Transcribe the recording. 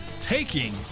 taking